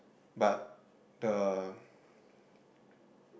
but the